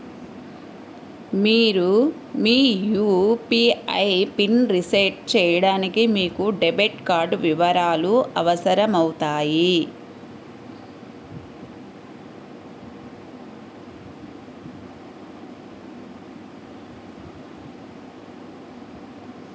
మీరు మీ యూ.పీ.ఐ పిన్ని రీసెట్ చేయడానికి మీకు డెబిట్ కార్డ్ వివరాలు అవసరమవుతాయి